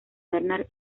bernard